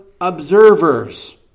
observers